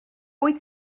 wyt